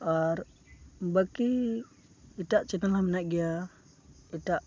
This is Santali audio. ᱟᱨ ᱵᱟᱹᱠᱤ ᱮᱴᱟᱜ ᱪᱮᱱᱮᱞᱦᱚᱸ ᱢᱮᱱᱟᱜ ᱜᱮᱭᱟ ᱮᱴᱟᱜ